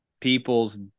Peoples